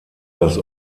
das